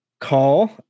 call